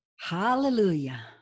Hallelujah